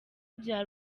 bya